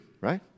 right